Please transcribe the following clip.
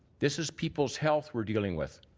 this is people's health we're dealing with.